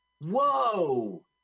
Whoa